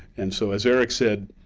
and so as eric said,